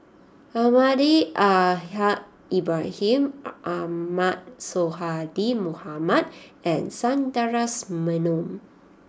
Almahdi Al Haj Ibrahim Ahmad Sonhadji Mohamad and Sundaresh Menon